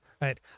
right